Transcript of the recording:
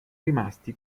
rimasti